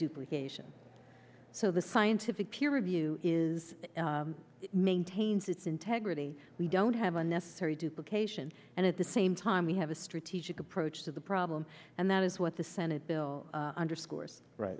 duplication so the scientific peer review is maintains its integrity we don't have unnecessary duplications and at the same time we have a strategic approach to the problem and that is what the senate bill underscores